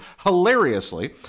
hilariously